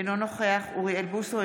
אינו נוכח אוריאל בוסו,